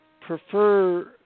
prefer